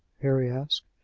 harry asked.